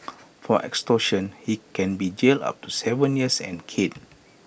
for extortion he can be jailed up to Seven years and caned